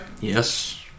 Yes